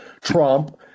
Trump